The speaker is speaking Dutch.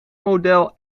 model